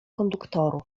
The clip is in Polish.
konduktorów